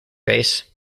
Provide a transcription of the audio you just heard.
base